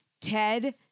Ted